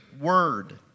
word